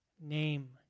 name